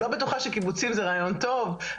אני לא בטוחה שקיבוצים זה רעיון טוב,